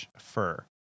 fur